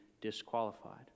disqualified